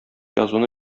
язуны